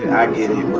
i get